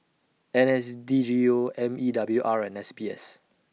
N S D G O M E W R and S B S